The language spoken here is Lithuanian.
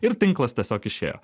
ir tinklas tiesiog išėjo